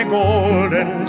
golden